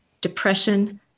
depression